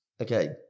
Okay